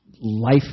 life